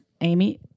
Amy